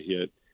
hit